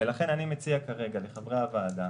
לכן, אני מציע לחברי הוועדה